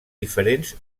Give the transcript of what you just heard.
diferents